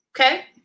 Okay